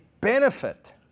benefit